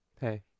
Hey